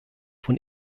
von